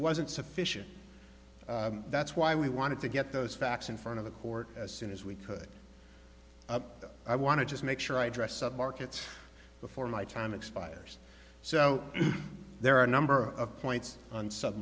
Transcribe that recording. wasn't sufficient that's why we wanted to get those facts in front of the court as soon as we could i want to just make sure i dress up markets before my time expires so there are a number of points on s